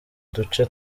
uduce